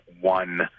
one